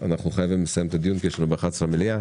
אנחנו חייבים לסיים את הדיון כי ב-11:00 יש לנו מליאה.